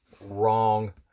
Wrong